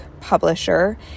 publisher